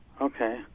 Okay